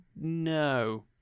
No